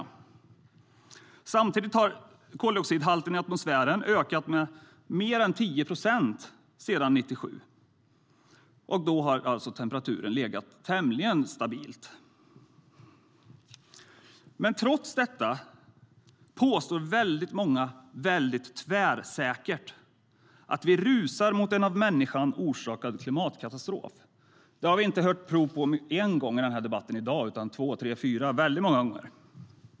Samtidigt har koldioxidhalten i atmosfären ökat med mer än 10 procent sedan 1997. Men under denna period har alltså temperaturen legat tämligen stabilt. Trots detta påstår väldigt många tvärsäkert att vi rusar mot en av människan orsakad klimatkatastrof. Det har vi hört prov på inte bara en gång i debatten i dag utan snarare två, tre, fyra - väldigt många gånger.